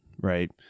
Right